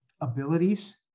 abilities